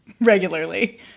regularly